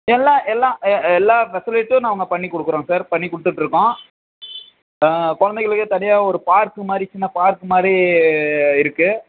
எல்லா எல்லாம் எ எல்லா ஃபெசிலிட்டியும் நாங்கள் பண்ணிக் கொடுக்குறோம் சார் பண்ணிக் கொடுத்துட்ருக்கோம் கொழந்தைகளுக்கு தனியாக ஒரு பார்க் மாதிரி சின்ன பார்க் மாதிரி இருக்குது